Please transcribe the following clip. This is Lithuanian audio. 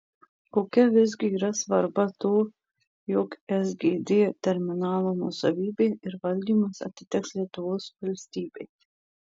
kokia visgi yra svarba to jog sgd terminalo nuosavybė ir valdymas atiteks lietuvos valstybei